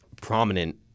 prominent